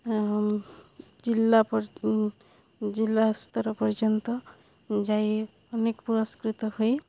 ଜିଲ୍ଲା ଜିଲ୍ଲା ସ୍ତର ପର୍ଯ୍ୟନ୍ତ ଯାଇ ଅନେକ ପୁରସ୍କୃତ ହୋଇ